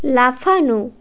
লাফানো